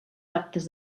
actes